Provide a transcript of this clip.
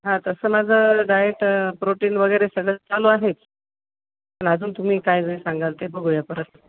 हां तसं माझं डाएट प्रोटीन वगैरे सगळं चालू आहेच पण अजून तुम्ही काय जे सांगाल ते बघू या परत